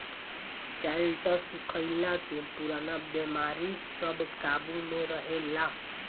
शैलटस खइला से पुरान बेमारी सब काबु में रहेला